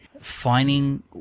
finding